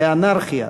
לאנרכיה,